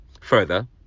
Further